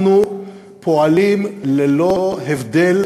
אנחנו פועלים ללא הבדל